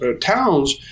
towns